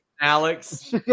Alex